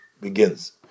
begins